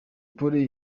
polly